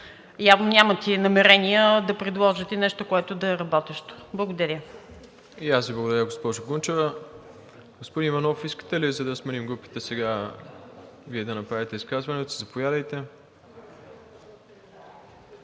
нямате и намерения да предложите нещо, което да е работещо. Благодаря.